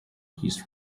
his